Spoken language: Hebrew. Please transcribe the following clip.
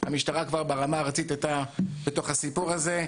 שהמשטרה כבר ברמה הארצית הייתה כבר בתוך הסיפור הזה.